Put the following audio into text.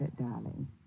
darling